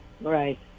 Right